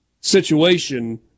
situation